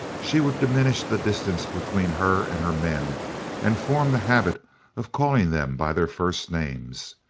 she would diminish the distance between her and her men and form the habit of calling them by their first names.